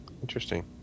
Interesting